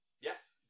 Yes